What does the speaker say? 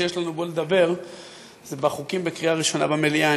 שיש לנו בו הזדמנות לדבר זה בחוקים בקריאה ראשונה במליאה.